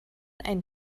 ein